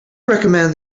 recommend